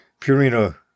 Purina